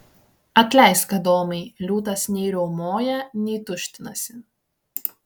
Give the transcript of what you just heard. atleisk adomai liūtas nei riaumoja nei tuštinasi